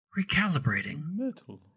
Recalibrating